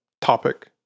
topic